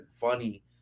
funny